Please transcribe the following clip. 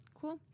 Cool